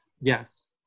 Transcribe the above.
Yes